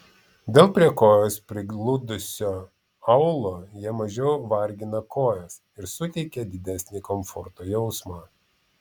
dėl prie kojos prigludusio aulo jie mažiau vargina kojas ir suteikia didesnį komforto jausmą